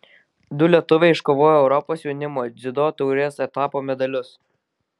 du lietuviai iškovojo europos jaunimo dziudo taurės etapo medalius